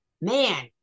Man